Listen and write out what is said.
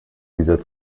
dieser